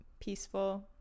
peaceful